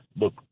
look